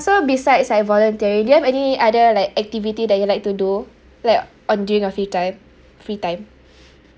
so besides like voluntary do you have any other like activity that you like to do like on during your free time free time